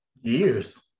Years